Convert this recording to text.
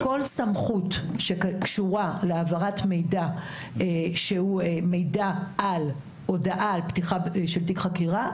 כל סמכות שקשורה להעברת מידע שהוא מידע על פתיחה של חקירה,